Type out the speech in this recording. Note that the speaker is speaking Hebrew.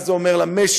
מה זה אומר למשק,